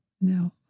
No